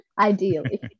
ideally